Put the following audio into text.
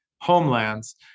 homelands